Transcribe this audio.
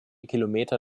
kilometer